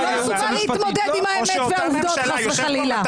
הוא לא מסוגל להתמודד עם האמת והעובדות חס וחלילה.